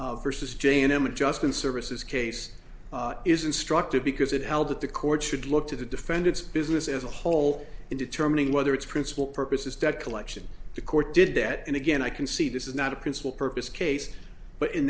c versus jane m and justin services case is instructive because it held that the court should look to the defendants business as a whole in determining whether its principal purpose is debt collection the court did that and again i can see this is not a principal purpose case but in